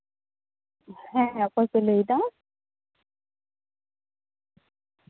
ᱦᱮᱸ ᱚᱠᱚᱭ ᱯᱮ ᱞᱟᱹᱭᱫᱟ